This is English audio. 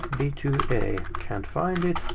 b two a. can't find it?